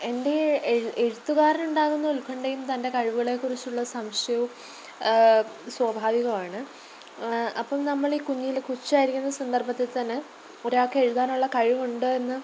എൻ്റെ എ എഴുത്തുകാരനുണ്ടാകുന്ന ഉത്കണ്ഠയും തൻ്റെ കഴിവുകളെ കുറിച്ചുള്ള സംശയവും സ്വാഭാവികമാണ് അപ്പം നമ്മളീ കുഞ്ഞിലെ കൊച്ചായിരിക്കുന്ന സന്ദർഭത്തിൽ തന്നെ ഒരാൾക്ക് എഴുതാനുള്ള കഴിവുണ്ട് എന്ന്